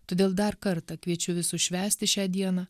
todėl dar kartą kviečiu visus švęsti šią dieną